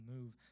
move